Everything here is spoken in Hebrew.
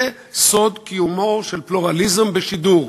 זה סוד קיומו של פלורליזם בשידור,